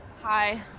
Hi